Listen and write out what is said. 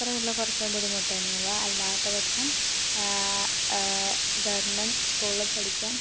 അത്രയുള്ള കുറച്ച് ബുദ്ധിമുട്ട് തന്നയെയുള്ളൂ അല്ലാത്തപക്ഷം ഗവൺമെൻ്റ് സ്കൂളിൽ പഠിക്കാൻ